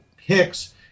Hicks